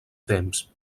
temps